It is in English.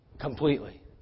Completely